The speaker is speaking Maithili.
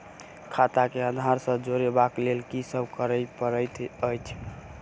खाता केँ आधार सँ जोड़ेबाक लेल की सब करै पड़तै अछि?